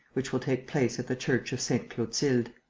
which will take place at the church of sainte-clotilde.